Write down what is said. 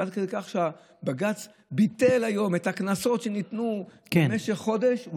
עד כדי כך שבג"ץ ביטל היום את הקנסות שניתנו במשך חודש.